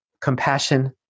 compassion